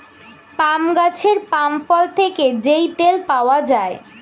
পাম গাছের পাম ফল থেকে যেই তেল পাওয়া যায়